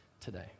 today